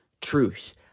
truth